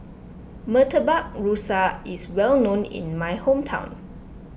Murtabak Rusa is well known in my hometown